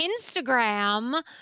Instagram